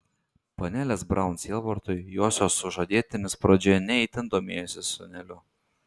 panelės braun sielvartui josios sužadėtinis pradžioje ne itin domėjosi sūneliu